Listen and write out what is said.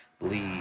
leave